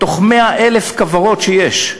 מתוך 100,000 כורות שיש.